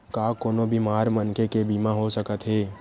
का कोनो बीमार मनखे के बीमा हो सकत हे?